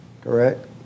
correct